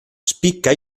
spicca